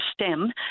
STEM